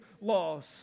laws